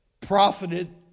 profited